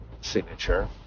signature